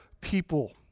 people